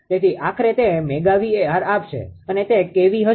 તેથી આખરે તે મેગા VAr આપશે અને તે kV હશે